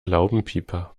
laubenpieper